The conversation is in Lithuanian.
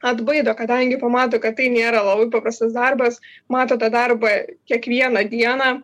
atbaido kadangi pamato kad tai nėra labai paprastas darbas mato tą darbą kiekvieną dieną